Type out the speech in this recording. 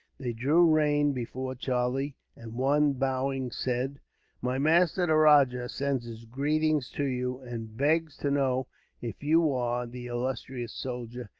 they drew rein before charlie and one, bowing, said my master, the rajah, sends his greeting to you, and begs to know if you are the illustrious soldier,